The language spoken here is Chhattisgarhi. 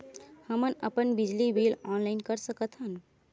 हमन अपन बिजली बिल ऑनलाइन कर सकत हन?